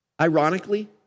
Ironically